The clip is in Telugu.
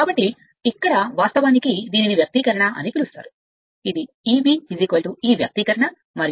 కాబట్టి ఇక్కడ వాస్తవానికి దీనిని వ్యక్తీకరణ అని పిలుస్తారు ఇది Eb ఈ వ్యక్తీకరణ మరియు Eb అయితే K ∅ n